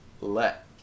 let